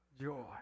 joy